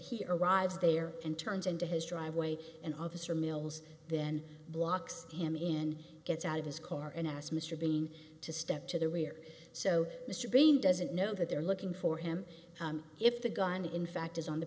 he arrives there and turns into his driveway and officer mill's then blocks him in gets out of his car and asked mr being to step to the rear so mr bean doesn't know that they're looking for him if the gun in fact is on the